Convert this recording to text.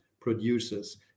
producers